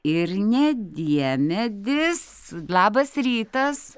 ir ne diemedis labas rytas